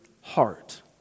heart